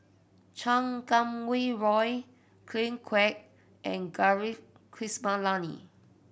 Chan Kum Wah Roy Ken Kwek and Gaurav Kripalani